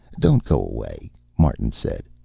don't go away, martin said.